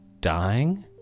dying